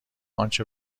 آنچه